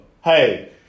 Hey